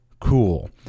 cool